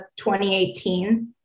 2018